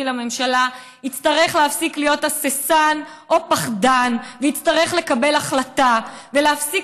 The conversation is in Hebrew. לממשלה יצטרך להפסיק להיות הססן או פחדן ויצטרך לקבל החלטה ולהפסיק